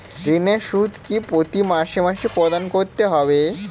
ঋণের সুদ কি প্রতি মাসে মাসে প্রদান করতে হবে?